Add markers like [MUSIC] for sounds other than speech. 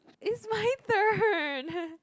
it's my turn [LAUGHS]